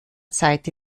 seite